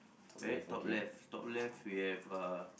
right top left top left we have uh